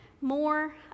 more